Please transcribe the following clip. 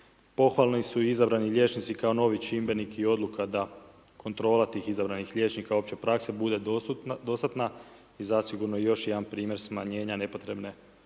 Pohvalno su izabrani liječnici kao novi čimbenik i odluka da kontrola tih izabranih liječnika opće prakse bude dostatna i zasigurno još jedan primjer smanjenja nepotrebne